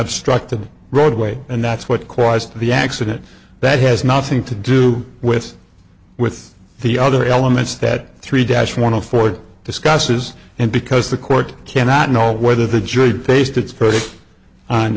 obstruct the roadway and that's what caused the accident that has nothing to do with with the other elements that three dash one of ford discusses and because the court cannot know whether the jury faced it's